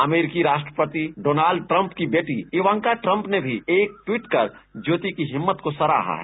अमरिकी राष्ट्रपति Donald Trump की बेटी इवांका ट्रम्प ने भी एक ट्वीट कर ज्योति की हिम्मत को सराहा है